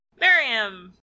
Miriam